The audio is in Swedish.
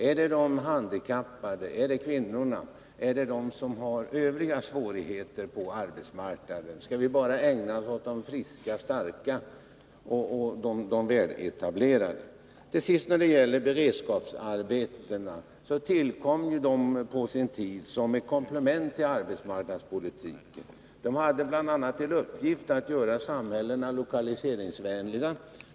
Är det de handikappade, kvinnorna eller de som i övrigt har svårigheter på arbetsmarknaden som skall drabbas av en rationalisering? Skall vi bara ägna oss åt de friska, starka och väletablerade? Till sist vill jag säga att beredskapsarbetena på sin tid tillkom som ett komplement till arbetsmarknadspolitiken. De hade bl.a. till syfte att göra samhällena mera lokaliseringsvänliga.